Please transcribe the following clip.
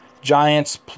Giants